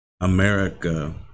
America